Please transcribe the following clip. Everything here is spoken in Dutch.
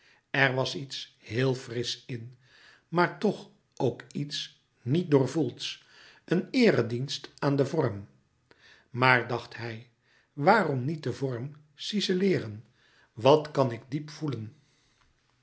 er was iets heel frisch in maar toch louis couperus metamorfoze ook iets niet doorvoelds een eeredienst aan den vorm maar dacht hij waarom niet den vorm cizeleeren wat kan ik diep voelen